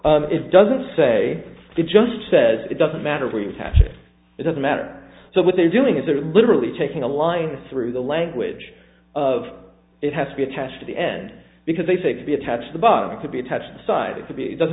two it doesn't say it just says it doesn't matter where you attach it it doesn't matter so what they're doing is they're literally taking a line through the language of it has to be attached to the end because they say to be attached the bottom to be attached decided to be doesn't